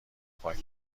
پاک